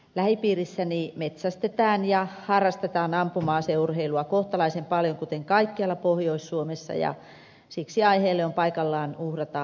lähipiirissäni metsästetään ja harrastetaan ampuma aseurheilua kohtalaisen paljon kuten kaikkialla pohjois suomessa ja siksi aiheelle on paikallaan uhrata muutama ajatus